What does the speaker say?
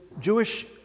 Jewish